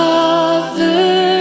Father